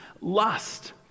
Lust